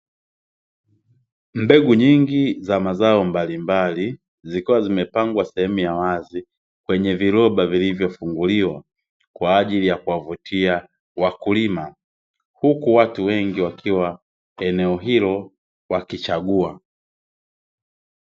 Mbegu nyingi za mazao mbalimbali zikiwa zimepangwa sehemu ya wazi kwenye viroba vilivyofunguliwa, kwa ajili ya kuwavutia wakulima. Huku watu wengi wakiwa eneo hilo wakichagua.